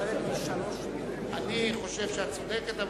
אני חושב שאת צודקת,